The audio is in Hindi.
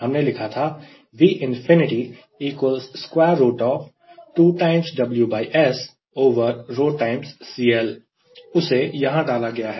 हमने लिखा था उसे यहां डाला गया है